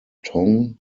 tong